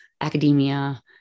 academia